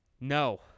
No